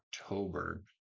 october